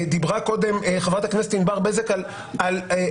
דיברה קודם חברת הכנסת ענבר בזק על כך